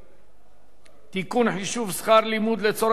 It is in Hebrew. (תיקון, חישוב שכר לימוד לצורך הנחה בארנונה),